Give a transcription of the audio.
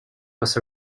was